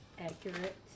accurate